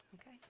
Okay